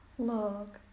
Look